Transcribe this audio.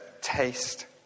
Taste